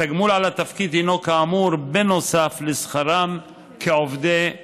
התגמול על התפקיד הינו כאמור בנוסף לשכרם כעובדי מדינה.